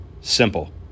Simple